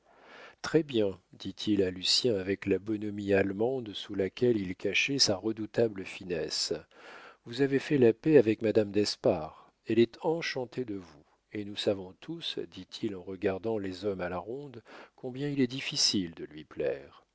lucien très-bien dit-il à lucien avec la bonhomie allemande sous laquelle il cachait sa redoutable finesse vous avez fait la paix avec madame d'espard elle est enchantée de vous et nous savons tous dit-il en regardant les hommes à la ronde combien il est difficile de lui plaire